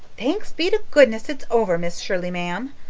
thanks be to goodness, it's over, miss shirley, ma'am,